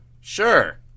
Sure